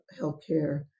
healthcare